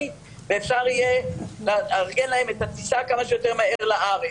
ואפשר יהיה לארגן להם את הטיסה כמה שיותר מהר לארץ.